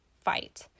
fight